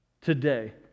today